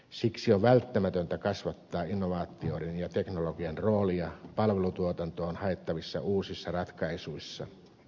siksi on välttämätöntä kasvattaa innovaatioiden ja teknologian roolia palvelutuotantoon haettavissa uusissa ratkaisuissa